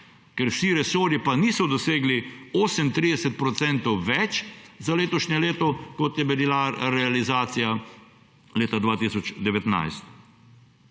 ker vsi resorji pa niso dosegli 38 % več za letošnje leto, kot je bila realizacija leta 2019,